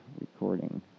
recording